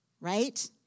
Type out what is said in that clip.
right